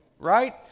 Right